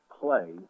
play